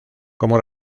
como